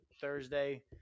Thursday